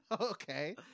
Okay